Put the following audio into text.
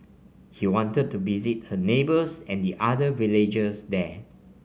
he wanted to visit her neighbours and the other villagers there